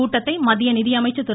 கூட்டத்தை மத்திய நிதியமைச்சர் திரு